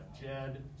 Jed